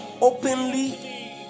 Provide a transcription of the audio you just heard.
openly